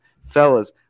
fellas